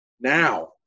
now